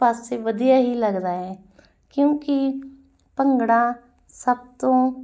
ਪਾਸੇ ਵਧੀਆ ਹੀ ਲੱਗਦਾ ਹੈ ਕਿਉਂਕਿ ਭੰਗੜਾ ਸਭ ਤੋਂ